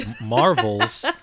Marvel's